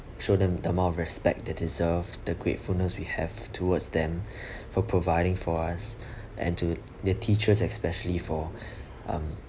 show them the more respect they deserve the gratefulness we have towards them for providing for us and to the teachers especially for um